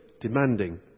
demanding